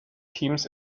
teams